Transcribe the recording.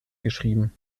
geschrieben